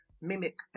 mimic